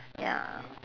ya